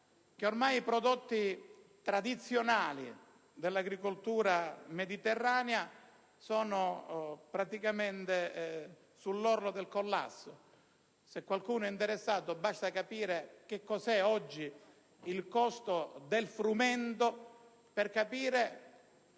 che ormai i prodotti tradizionali dell'agricoltura mediterranea sono praticamente sull'orlo del collasso. Se qualcuno è interessato, basta vedere che cosa è oggi il costo del frumento per